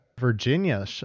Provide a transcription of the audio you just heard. virginia